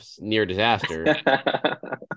near-disaster